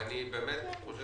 אני חושב